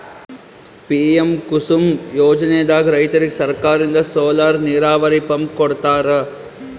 PM Kusum ಯೋಜನೆದಾಗ್ ರೈತರಿಗ್ ಸರ್ಕಾರದಿಂದ್ ಸೋಲಾರ್ ನೀರಾವರಿ ಪಂಪ್ ಕೊಡ್ತಾರ